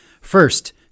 First